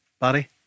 Barry